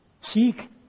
Seek